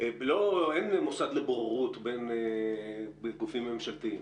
אין מוסד לבוררות בין גופים ממשלתיים.